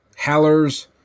Hallers